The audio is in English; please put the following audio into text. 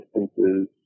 distances